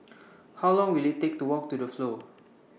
How Long Will IT Take to Walk to The Flow